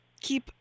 keep